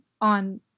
on